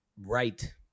right